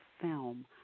film